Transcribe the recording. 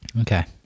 okay